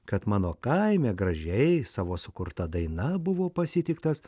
kad mano kaime gražiai savo sukurta daina buvo pasitiktas